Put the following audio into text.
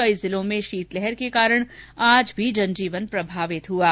कई जिलों में शीतलहर के कारण आज भी जनजीवन प्रभावित हुआ है